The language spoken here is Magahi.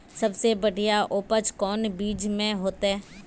सबसे बढ़िया उपज कौन बिचन में होते?